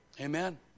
Amen